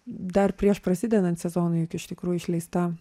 dar prieš prasidedant sezonui juk iš tikrųjų išleista